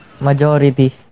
majority